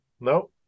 no